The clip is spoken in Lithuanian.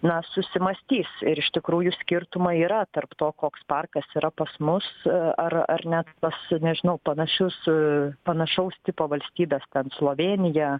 na susimąstys ir iš tikrųjų skirtumai yra tarp to koks parkas yra pas mus ar ar net pas nežinau panašius panašaus tipo valstybes ten slovėnija